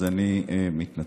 אז אני מתנצל.